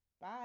Bye